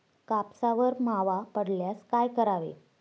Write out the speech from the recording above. कापसावर मावा पडल्यास काय करावे?